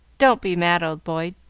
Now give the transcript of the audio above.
don't be mad, old boy,